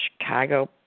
Chicago